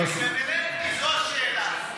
זו השאלה.